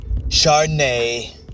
Chardonnay